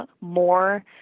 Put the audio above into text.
more